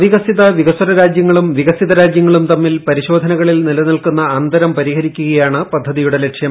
അവികസിത വികസ്വര രാജ്യങ്ങളും വികസിത രാജ്യങ്ങളും തമ്മിൽ പരിശോധനകളിൽ നിലനിൽക്കുന്ന അന്തരം പരിഹരിക്കുകയാണ് പദ്ധതിയുടെ ലക്ഷ്യം